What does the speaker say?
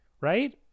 right